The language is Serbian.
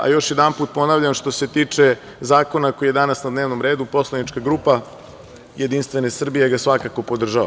Još jednom, ponavljam, što se tiče zakona koji je danas na dnevnom redu, poslanička grupa Jedinstvene Srbije ga svakako podržava.